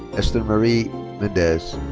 esthermary mendez.